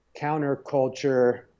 counterculture